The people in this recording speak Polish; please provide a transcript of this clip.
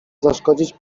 zaszkodzić